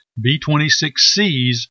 B-26Cs